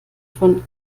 von